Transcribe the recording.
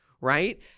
right